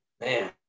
man